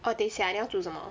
orh 等一下你要煮什么